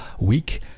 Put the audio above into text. week